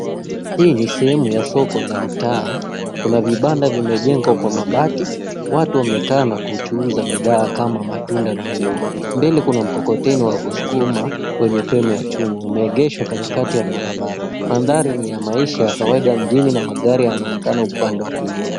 Hii ni sehemu ya soko la mtaa kuna vibanda vimejengwa Kwa mabati watu wamekaa na kuchuuza bidhaa kama matunda na nguo. Mbele kuna mkokoteni wa kuskuma wenye fremu ya chuma umeegeshwa katikati ya barabara. Mandhari ni ya maisha ya kawaida ya mjini na magari yanaonekana upande wa kulia.